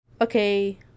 Okay